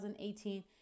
2018